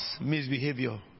misbehavior